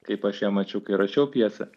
kaip aš ją mačiau kai rašiau pjesę